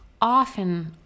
often